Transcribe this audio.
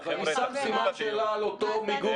אני שם סימן שאלה על אותו מיגון